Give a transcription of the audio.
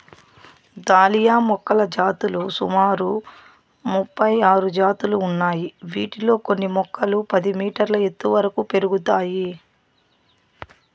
dahlia మొక్కల జాతులు సుమారు ముపై ఆరు జాతులు ఉన్నాయి, వీటిలో కొన్ని మొక్కలు పది మీటర్ల ఎత్తు వరకు పెరుగుతాయి